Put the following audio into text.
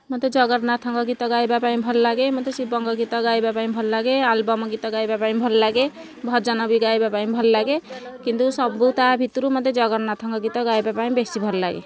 ମୋତେ ଜଗନ୍ନାଥଙ୍କ ଗୀତ ଗାଇବା ପାଇଁ ଭଲ ଲାଗେ ମୋତେ ଶିବଙ୍କ ଗୀତ ଗାଇବା ପାଇଁ ଭଲ ଲାଗେ ମୋତେ ଆଲବମ ଗୀତ ଗାଇବା ପାଇଁ ଭଲ ଲାଗେ ଭଜନ ବି ଗାଇବା ପାଇଁ ଭଲ ଲାଗେ କିନ୍ତୁ ସବୁ ତା' ଭିତରୁ ଜଗନ୍ନାଥଙ୍କ ଗୀତ ଗାଇବା ପାଇଁ ବେଶି ଭଲ ଲାଗେ